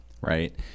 Right